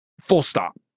full-stop